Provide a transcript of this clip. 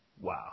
Wow